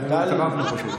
אנחנו התערבנו פשוט.